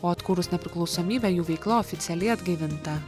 o atkūrus nepriklausomybę jų veikla oficialiai atgaivinta